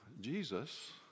Jesus